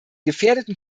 gefährdeten